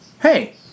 Hey